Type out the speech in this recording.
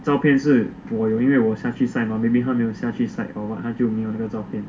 照片是我有因为我下去 site mah maybe 他没有下去 site or what 他就没有那个的照片